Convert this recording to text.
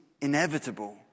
inevitable